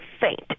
faint